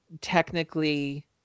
technically